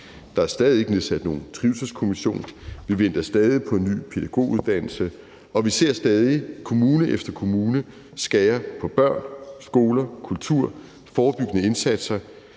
Der er stadig ikke nedsat nogen trivselskommission, vi venter stadig på en ny pædagoguddannelse, og vi ser stadig kommune efter kommune skære ned i forhold til børn, skoler, kultur og forebyggende indsatser.